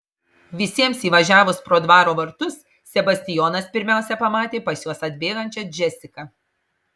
visiems įvažiavus pro dvaro vartus sebastijonas pirmiausia pamatė pas juos atbėgančią džesiką